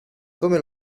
come